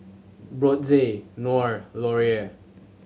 Brotzeit Knorr Laurier